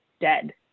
dead